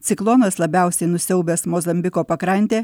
ciklonas labiausiai nusiaubęs mozambiko pakrantę